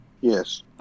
Yes